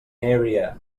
area